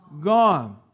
Gone